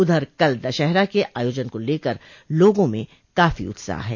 उधर कल दशहरा के आयोजन को लेकर लोगों में काफी उत्साह है